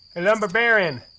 and lumber baron!